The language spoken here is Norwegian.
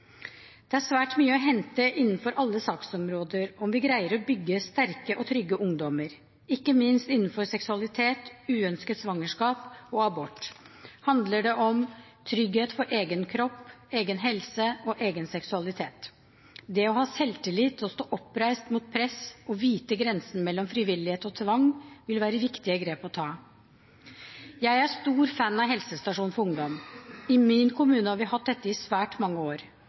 Det er svært mye å hente innenfor alle saksområder om vi greier å bygge sterke og trygge ungdommer. Ikke minst innen seksualitet, uønsket svangerskap og abort handler det om trygghet knyttet til egen kropp, egen helse og egen seksualitet. Det å bygge selvtillit slik at de kan stå oppreist mot press og vite grensen mellom frivillighet og tvang, vil være viktige grep å ta. Jeg er en stor fan av helsestasjoner for ungdom. I min kommune har vi hatt dette i svært mange år.